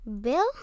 Bill